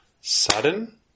sudden